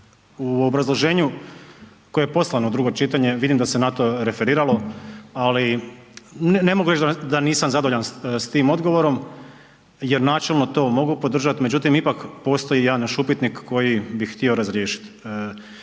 u obrazloženju koje je poslano u drugo čitanje, vidim da se na to referiralo ali ne mogu reći da nisam zadovoljan sa tim odgovorom jer načelno to mogu podržati međutim ipak postoji jedan još upitnik koji bih htio razriješiti.